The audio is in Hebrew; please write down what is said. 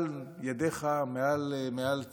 של ידיך מעל צה"ל,